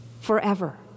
forever